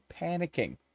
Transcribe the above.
panicking